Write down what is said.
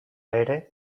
ere